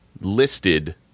listed